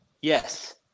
Yes